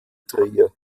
trier